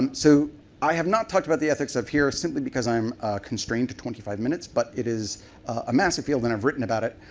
and so i have not talked about the ethics up here, simply because i am constrained to twenty five minutes, but it is a massive field and i've written about it.